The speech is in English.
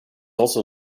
also